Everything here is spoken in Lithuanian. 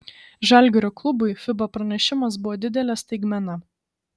žalgirio klubui fiba pranešimas buvo didelė staigmena